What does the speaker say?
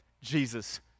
Jesus